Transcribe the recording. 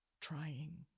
Trying